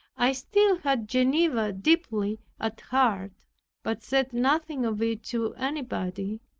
i still had geneva deeply at heart but said nothing of it to anybody,